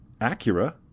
Acura